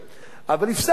אבל הפסקנו עם זה.